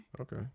Okay